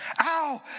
Ow